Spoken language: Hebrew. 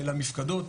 למפקדות,